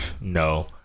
no